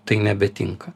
tai nebetinka